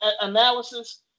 analysis